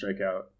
strikeout